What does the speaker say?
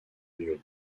lyon